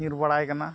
ᱧᱤᱨ ᱵᱟᱲᱟᱭ ᱠᱟᱱᱟ